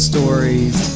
Stories